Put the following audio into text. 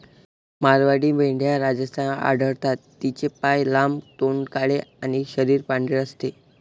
मारवाडी मेंढ्या राजस्थानात आढळतात, तिचे पाय लांब, तोंड काळे आणि शरीर पांढरे असते